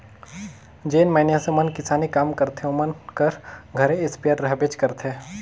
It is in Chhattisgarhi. जेन मइनसे मन किसानी काम करथे ओमन कर घरे इस्पेयर रहबेच करथे